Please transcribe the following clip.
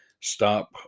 stop